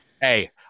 Hey